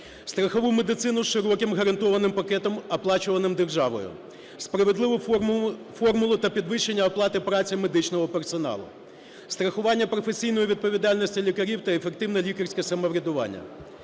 страхову медицину з широким гарантованим пакетом, оплачуваним державою; справедливу формулу та підвищення оплати праці медичного персоналу; страхування професійної відповідальності лікарів та ефективне лікарське самоврядування;